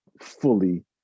fully